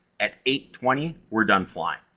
at eight twenty we're done flying.